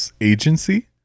agency